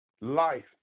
life